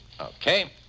Okay